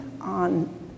on